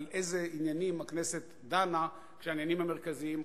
איזה עניינים הכנסת דנה כשהעניינים המרכזיים,